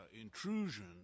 intrusion